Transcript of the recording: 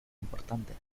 importantes